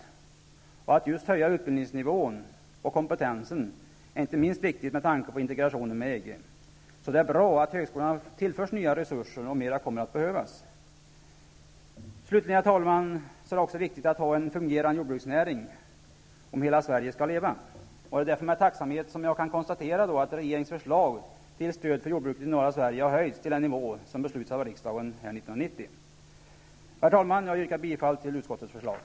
Att höja just utbildningsnivån och kompetensen är inte minst viktigt med tanke på integrationen med EG. Det är bra att högskolan tillförs nya resurser, och mer kommer att behövas. Slutligen, herr talman, är det viktigt att ha en fungerande jordbruksnäring, om hela Sverige skall leva. Det är därför med tacksamhet som jag kan konstatera att regeringens förslag till stöd för jordbruket i norra Sverige har höjts till den nivå som beslutades av riksdagen år 1990. Herr talman! Jag yrkar bifall till utskottets hemställan.